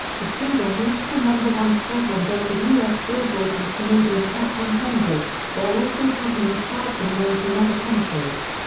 the single reached the number one spot on both the us billboard and canadian hot one hundred, while also topping the charts in nineteen other countries.